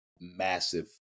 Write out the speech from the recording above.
massive